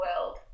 world